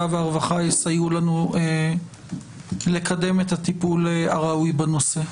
והרווחה יסייעו לנו לקדם את הטיפול הראוי בנושא.